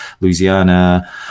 Louisiana